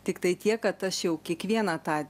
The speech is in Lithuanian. tiktai tiek kad aš jau kiekvieną tą